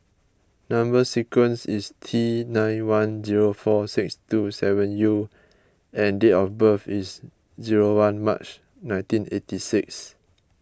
Number Sequence is T nine one zero four six two seven U and date of birth is zero one March nineteen eighty six